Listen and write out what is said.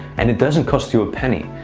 and it doesn't cost you a penny.